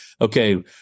okay